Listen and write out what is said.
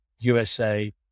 USA